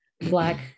black